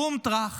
בום טרך,